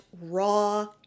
raw